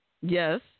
Yes